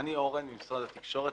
אני אורן ממשרד התקשורת.